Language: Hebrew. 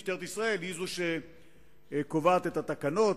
משטרת ישראל היא שקובעת את התקנות,